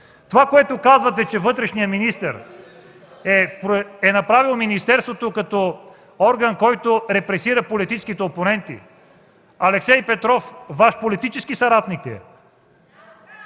Това, което казвате, че вътрешният министър е направил министерството като орган, който репресира политическите опоненти, а Алексей Петров Ваш политически съратник ли